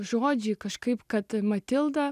žodžiai kažkaip kad matilda